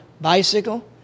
bicycle